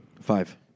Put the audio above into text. five